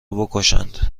بکشند